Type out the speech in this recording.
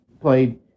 played